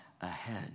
ahead